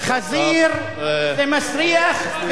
תתבייש לך.